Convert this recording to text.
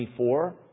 24